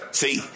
see